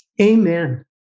Amen